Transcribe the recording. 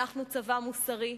אנחנו צבא מוסרי.